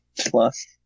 Plus